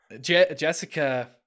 Jessica